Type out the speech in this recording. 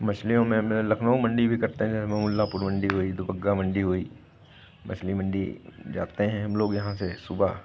मछलियों में मैं लखनऊ मंडी भी करता हूँ मैं महमुल्लापुर मंडी हुई दुबग्गा मंडी हुई मछली मंडी जाते हैं हम लोग यहाँ से सुबह